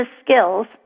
skills